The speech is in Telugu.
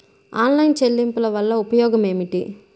ఆన్లైన్ చెల్లింపుల వల్ల ఉపయోగమేమిటీ?